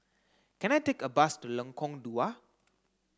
can I take a bus to Lengkong Dua